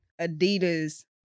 Adidas